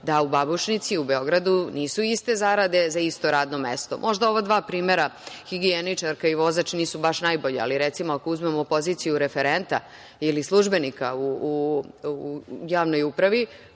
da u Babušnici i u Beogradu nisu iste zarade za isto radno mesto. Možda ova dva primera higijeničarka i vozač nisu baš najbolji, ali recimo ako uzmemo poziciju referenta ili službenika u javnoj upravi,